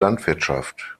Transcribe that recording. landwirtschaft